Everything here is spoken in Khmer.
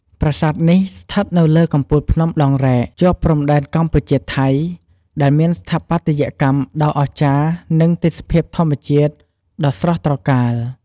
ប្រាសាទនេះស្ថិតនៅលើកំពូលភ្នំដងរ៉ែក ជាប់ព្រំដែនកម្ពុជា-ថៃ ដែលមានស្ថាបត្យកម្មដ៏អស្ចារ្យ និងទេសភាពធម្មជាតិដ៏ស្រស់ត្រកាល។